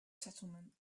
settlements